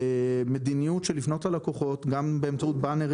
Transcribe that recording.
מדיניות של לפנות ללקוחות גם באמצעות באנרים